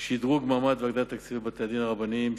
שדרוג מעמד בתי-הדין הרבניים והגדלת התקציב שלהם,